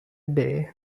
day